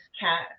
cat